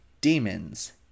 demons